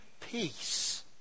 peace